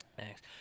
Thanks